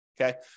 okay